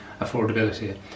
affordability